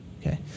Okay